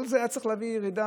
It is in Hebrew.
כל זה היה צריך להביא ירידה.